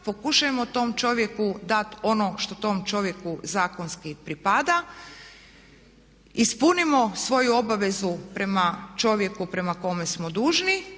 pokušajmo tom čovjeku dat ono što tom čovjeku zakonski pripada, ispnimo svoju obavezu prema čovjeku, prema kome smo dužni.